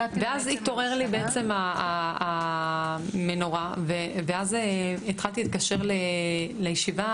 נדלקה לי בעצם הנורה ואז התחלתי להתקשר לישיבה,